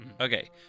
Okay